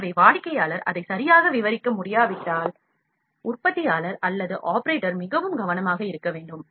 எனவே வாடிக்கையாளர் அதை சரியாக விவரிக்க முடியாவிட்டால் உற்பத்தியாளர் அல்லது ஆபரேட்டர் மிகவும் கவனமாக இருக்க வேண்டும்